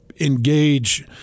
engage